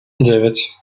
девять